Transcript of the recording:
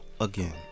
again